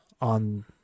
on